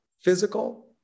physical